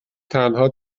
تنها